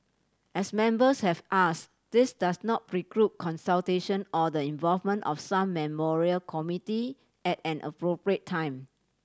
as members have ask this does not preclude consultation or the involvement of some memorial committee at an appropriate time